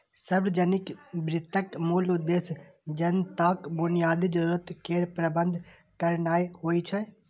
सार्वजनिक वित्तक मूल उद्देश्य जनताक बुनियादी जरूरत केर प्रबंध करनाय होइ छै